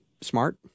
smart